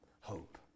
hope